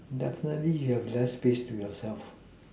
definitely you have less space to yourself